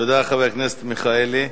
תודה, חבר הכנסת מיכאלי.